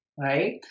Right